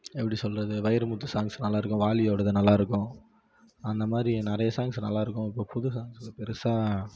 எப்படி சொல்கிறது வைரமுத்து சாங்ஸு நல்லாயிருக்கும் வாலியோடது நல்லாயிருக்கும் அந்த மாதிரி நிறைய சாங்ஸு நல்லாயிருக்கும் இப்போது புது சாங்ஸில் பெருசாக